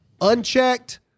Unchecked